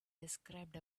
described